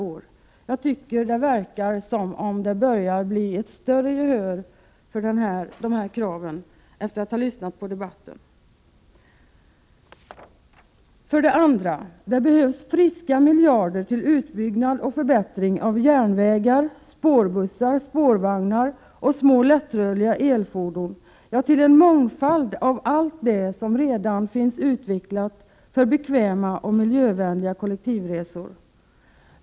Efter att ha lyssnat till debatten tycker jag att det verkar som om det börjar bli ett större gehör för dessa krav. Det behövs för det andra friska miljarder till utbyggnad och förbättring av järnvägar, spårbussar, spårvagnar och små lättrörliga elfordon. Det gäller en mångfald av allt det som redan finns utvecklat för bekväma och miljövänliga kollektivresor.